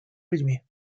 людьми